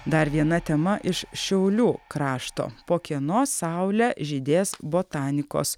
dar viena tema iš šiaulių krašto po kieno saule žydės botanikos